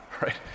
right